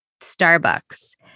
Starbucks